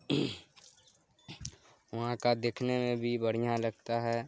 وہاں کا دیکھنے میں بھی بڑھیا لگتا ہے